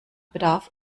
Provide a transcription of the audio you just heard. bedarf